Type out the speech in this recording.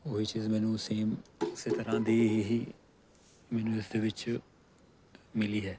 ਉਹੀ ਚੀਜ਼ ਮੈਨੂੰ ਸੇਮ ਇਸ ਤਰ੍ਹਾਂ ਦੀ ਹੀ ਇਹ ਹੀ ਮੈਨੂੰ ਇਸ ਦੇ ਵਿੱਚ ਮਿਲੀ ਹੈ